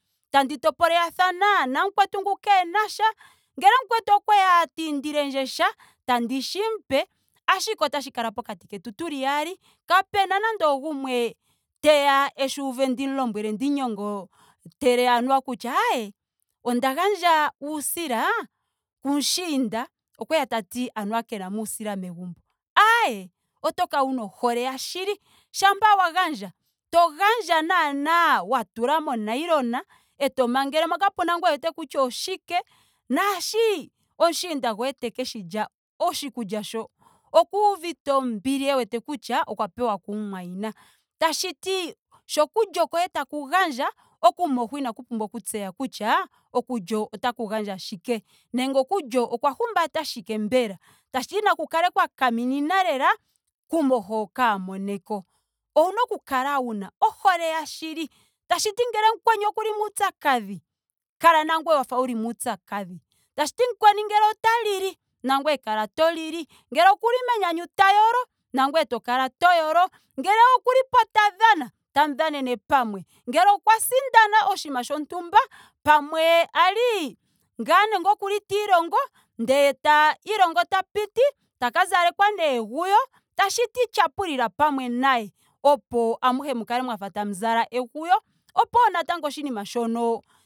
Tandi topolelathana namukwetu ngu keehenasha. ngele mukwetu okweya tiindiile ndje sha. tandi shi mu pe. ashike otashi kala pokati ketu tuli yaali. kapena nando gumwe teya eshuuve ndimu lombwele. ndimu nyongotele anuwa kutya ae onda gandja uusila kumuushinda okweya tati anuwa kenamo uusila megumbo. Aae oto kala wuna ohole ya shili. shampa wa gandja. to gandja naana wa tula mo nailona eto mangele mo kapena ngu e wete kutya oshike. naasho muushiinda goye tekeshi lya. oshikulya sho okuuvite ombili wete kutya okwa pewa ku mumwayina. Tashiti sho okulyo koye taku gandja. okumoho koye inaku pumbwa oku tseya kutya okulyo otalu gandja shike nenge okulyo okwa humbata shike mbela. Tashiti naku kale kwa kaminina lela kumoho kaa moneko. Owuna oku kala una ohole yashili. tashiti mukweni ngele okuli muupyakadhi kala nangweye wafa uli muupyakadhi. Tashiti ngele mukweni ota lili. nangweye kala to lili. ngele okuli menyanyu ta yolo. nangweye to kala to yolo. ngele okulipo ta dhana. tamu dhanene pamwe. Ngele okwa sindana oshinima shontumba. pamwe kwali ngaa nando tiilongo. ndee ta ilongo ta piti. taka zalekwa nee eguyo. tashiti tyapulila pamwe naye opo amuhe mu kale mwafa tamu zala eguyo. opo wo natango oshinima shonoo